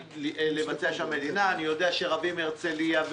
אני יודע שרבים מהרצליה,